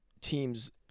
teams